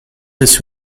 des